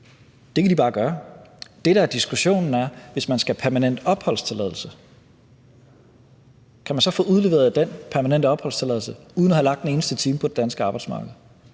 Det kan de bare gøre. Det, der er diskussionen, er, at hvis man skal have permanent opholdstilladelse, kan man så få udleveret den permanente opholdstilladelse uden at have lagt en eneste time på det danske arbejdsmarked?